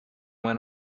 went